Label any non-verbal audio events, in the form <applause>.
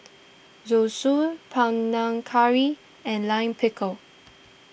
Zosui Panang Curry and Lime Pickle <noise>